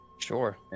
sure